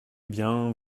bien